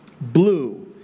Blue